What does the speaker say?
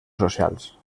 socials